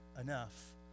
enough